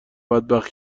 بدبخت